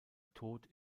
tod